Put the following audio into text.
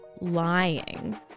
lying